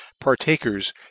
partakers